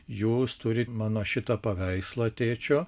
jūs turit mano šitą paveikslą tėčio